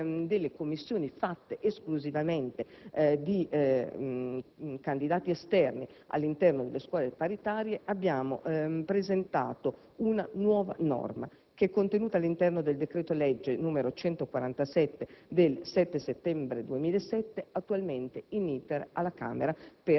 che vi siano commissioni composte esclusivamente di candidati esterni all'interno delle scuole paritarie, abbiamo presentato una nuova norma, che è contenuta all'interno del decreto-legge n. 147 del 7 settembre 2007, attualmente *in*